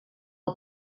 del